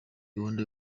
gahunda